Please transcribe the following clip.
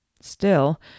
Still